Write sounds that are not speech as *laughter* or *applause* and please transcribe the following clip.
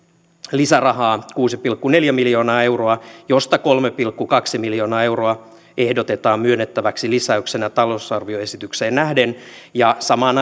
lisärahaa kuusi pilkku neljä miljoonaa euroa josta kolme pilkku kaksi miljoonaa euroa ehdotetaan myönnettäväksi lisäyksenä talousarvioesitykseen nähden samaan *unintelligible*